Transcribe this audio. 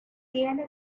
tiene